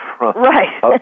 right